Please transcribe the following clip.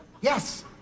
Yes